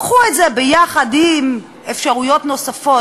קחו את זה יחד עם אפשרויות נוספות,